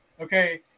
Okay